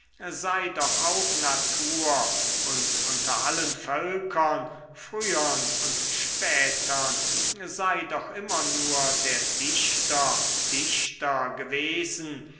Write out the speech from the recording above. sei doch auch natur und unter allen völkern frühern und spätern sei doch immer nur der dichter dichter gewesen